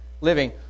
living